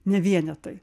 ne vienetai